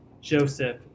Joseph